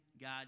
God